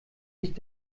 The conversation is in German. nicht